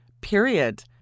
period